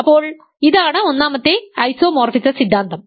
അപ്പോൾ ഇതാണ് ഒന്നാമത്തെ ഐസോമോർഫിസ സിദ്ധാന്തം